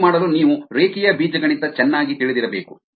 ಇದನ್ನು ಮಾಡಲು ನೀವು ರೇಖೀಯ ಬೀಜಗಣಿತ ಚೆನ್ನಾಗಿ ತಿಳಿದಿರಬೇಕು